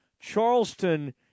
Charleston